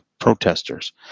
protesters